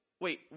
wait